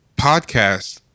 podcast